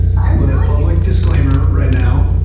ah like public disclaimer right now.